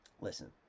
listen